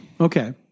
Okay